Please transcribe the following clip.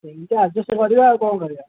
ଏମିତି ଆଡ଼ଜଷ୍ଟ କରିବା ଆଉ କ'ଣ କରିବା